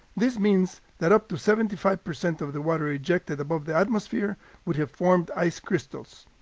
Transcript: this means that up to seventy five percent of the water ejected above the atmosphere would have formed ice crystals.